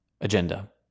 agenda